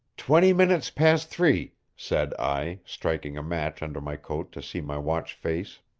twenty minutes past three, said i, striking a match under my coat to see my watch-face.